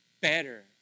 better